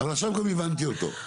אבל עכשיו גם הבנתי אותו.